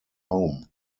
home